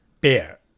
Bear